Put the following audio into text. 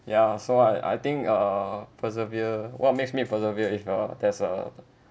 ya so I I think uh persevere what makes me persevere if you know there's a the